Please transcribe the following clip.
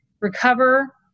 recover